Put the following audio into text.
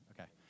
Okay